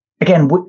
again